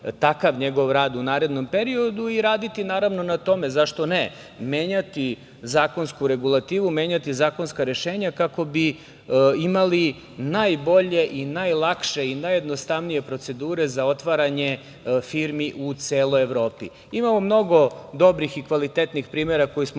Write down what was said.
takav njegov rad u narednom periodu i raditi, naravno, na tome, zašto ne, menjati zakonsku regulativu, menjati zakonska rešenja kako bi imali najbolje i najlakše i najjednostavnije procedure za otvaranje firmi u celoj Evropi. Imamo mnogo dobrih i kvalitetnih primera koje smo